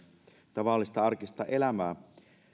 tavallista arkista elämäämme